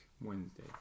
Wednesday